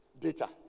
Data